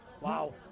Wow